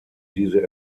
diese